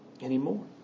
anymore